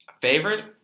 Favorite